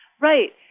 Right